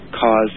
cause